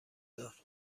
دار